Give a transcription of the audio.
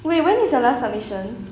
wait when is your last submission